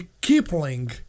Kipling